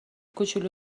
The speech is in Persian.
کوچولو